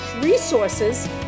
resources